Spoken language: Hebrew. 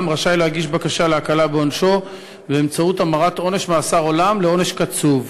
רשאי להגיש בקשה להקלה בעונשו באמצעות המרת עונש מאסר העולם לעונש קצוב,